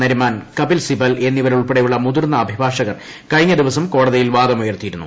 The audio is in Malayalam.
നരിമാൻ കപിൽ സിബൽ എന്നിവരുൾപ്പെടെയുള്ള മുതിർന്ന അഭിഭാഷകർ കഴിഞ്ഞ ദിവസം കോടതിയിൽ വാദമുയർത്തിയിരുന്നു